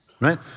right